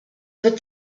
wird